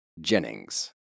jennings